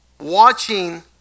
watching